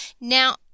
now